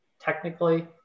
technically